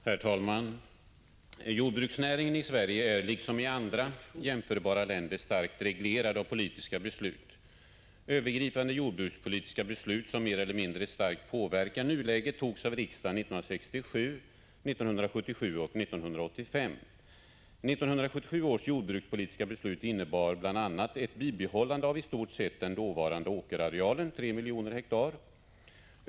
Herr talman! Jordbruksnäringen i Sverige är, liksom i andra jämförbara länder, starkt reglerad av politiska beslut. Övergripande jordbrukspolitiska beslut, som mer eller mindre starkt påverkar nuläget, togs av riksdagen 1967, 1977 och 1985. 1977 års jordbrukspolitiska beslut innebar bl.a. ett bibehållande av i stort sett den dåvarande åkerarealen, 3 miljoner hektar.